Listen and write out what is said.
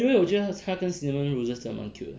anyway 我觉得他跟 cinnamon roses 蛮 cute 的